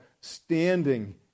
standing